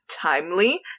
timely